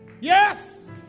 Yes